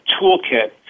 toolkit –